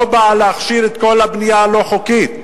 לא באה להכשיר את כל הבנייה הלא-חוקית,